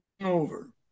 over